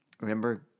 remember